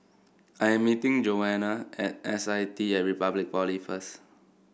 I am meeting Joanna at S I T at Republic Polytechnic first